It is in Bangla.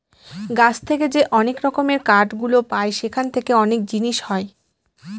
গাছ থেকে যে অনেক রকমের কাঠ গুলো পায় সেখান থেকে অনেক জিনিস হয়